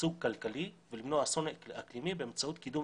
שגשוג כלכלי ולמנוע אסון אקלימי באמצעות קידום